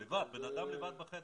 אבל זה --- לבד, בן אדם לבד בחדר.